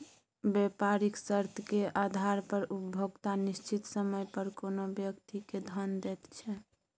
बेपारिक शर्तेक आधार पर उपभोक्ता निश्चित समय पर कोनो व्यक्ति केँ धन दैत छै